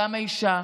גם האישה,